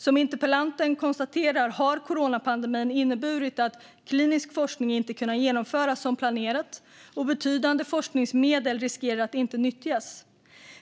Som interpellanten konstaterar har coronapandemin inneburit att klinisk forskning inte kunnat genomföras som planerat, och betydande forskningsmedel riskerar att inte nyttjas.